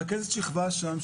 רכזה השכבה שם,